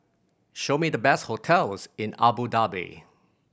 show me the best hotels in Abu Dhabi